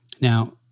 Now